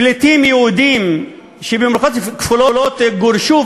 פליטים יהודים שבמירכאות כפולות גורשו,